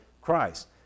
Christ